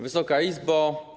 Wysoka Izbo!